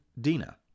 Dina